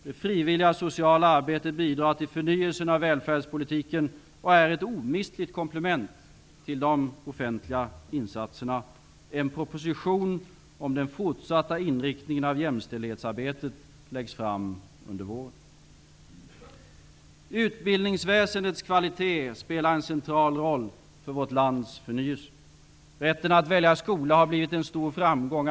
Det frivilliga sociala arbetet bidrar till förnyelsen av välfärdspolitiken och är ett omistligt komplement till de offentliga insatserna. En proposition om den fortsatta inriktningen av jämställdhetsarbetet läggs fram under våren. Utbildningsväsendets kvalitet spelar en central roll för vårt lands förnyelse. Rätten att välja skola har blivit en stor framgång.